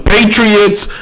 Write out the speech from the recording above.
Patriots